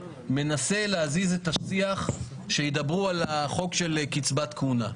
מנסה להזיז את השטיח שידבר על החוק של קציבת כהונה.